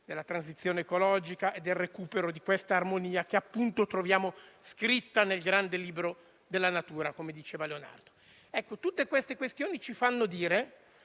della transizione ecologica e del recupero di quest'armonia che, appunto, troviamo scritta nel grande libro della natura, come diceva Leonardo. Tutte queste questioni ci fanno dire